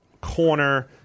corner